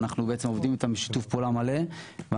אנחנו בעצם עובדים אתם בשיתוף פעולה מלא ואנחנו